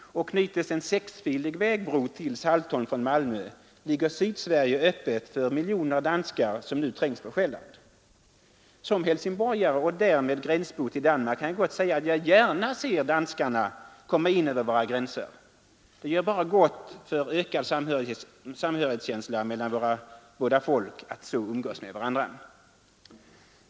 Och knytes en sexfilig vägbro till Saltholm från Malmö ligger Sydsverige öppet för miljoner danskar, som nu trängs på Själland. Som helsingborgare och därmed gränsbo till Danmark kan jag gott säga att jag gärna ser danskarna komma in över våra gränser — det gör bara gott för ökad samhörighetskänsla mellan våra båda folk att så umgås med varandra.